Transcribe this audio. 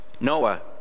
Noah